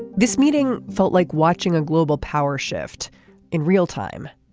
this meeting felt like watching a global power shift in real time.